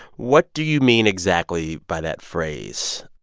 what do you mean exactly by that phrase?